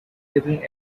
looking